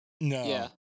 No